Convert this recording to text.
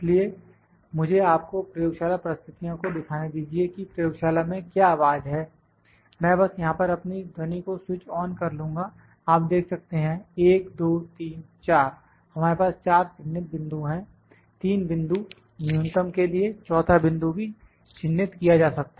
इसलिए मुझे आपको प्रयोगशाला परिस्थितियों को दिखाने दीजिए कि प्रयोगशाला में क्या आवाज़ है मैं बस यहां पर अपनी ध्वनि को स्विच ऑन कर लूँगा आप देख सकते हैं 1 2 3 4 हमारे पास 4 चिन्हित बिंदु हैं 3 बिंदु न्यूनतम के लिए चौथा बिंदु भी चिन्हित किया जा सकता है